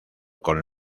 con